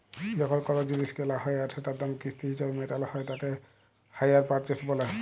যখল কল জিলিস কেলা হ্যয় আর সেটার দাম কিস্তি হিছাবে মেটাল হ্য়য় তাকে হাইয়ার পারচেস ব্যলে